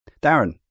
Darren